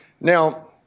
Now